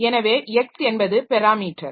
எனவே X என்பது parameter